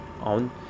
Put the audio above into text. on